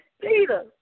Peter